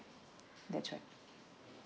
that's right